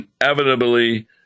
inevitably